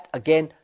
again